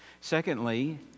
Secondly